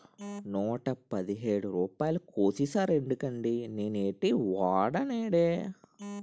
నూట పదిహేడు రూపాయలు కోసీసేరెందుకండి నేనేటీ వోడనేదే